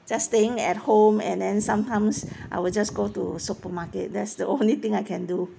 just staying at home and then sometimes I will just go to supermarket that's the only thing I can do